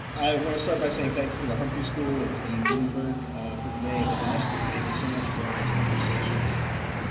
i want to start by saying thanks to the humphrey school and dean bloomberg for today, and to ashlee, thank you so much for having this conversation with me.